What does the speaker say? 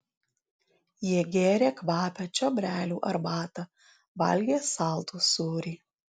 jie gėrė kvapią čiobrelių arbatą valgė saldų sūrį